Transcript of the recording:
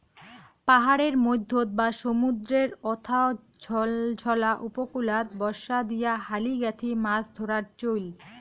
পাহাড়ের মইধ্যত বা সমুদ্রর অথাও ঝলঝলা উপকূলত বর্ষা দিয়া হালি গাঁথি মাছ ধরার চইল